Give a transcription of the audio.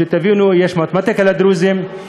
שתבינו יש מתמטיקה לדרוזים,